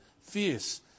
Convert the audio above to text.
fierce